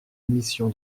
émission